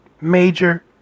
Major